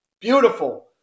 Beautiful